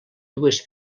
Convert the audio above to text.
dues